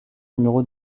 numéro